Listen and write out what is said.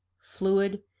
fluid,